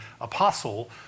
apostle